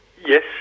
Yes